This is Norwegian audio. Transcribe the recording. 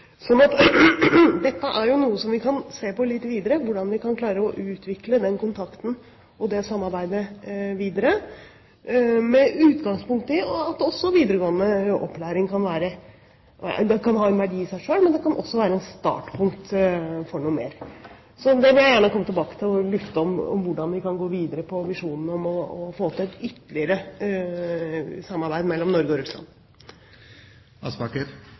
Dette er jo noe som vi kan se på litt videre, hvordan vi kan klare å utvikle den kontakten og det samarbeidet videre med utgangspunkt i at videregående opplæring kan ha en verdi i seg selv, men at det også kan være et startpunkt for noe mer. Så det vil jeg gjerne komme tilbake til og lufte hvordan vi kan gå videre med visjonene om å få til et ytterligere samarbeid mellom Norge og Russland.